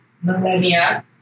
millennia